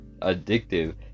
addictive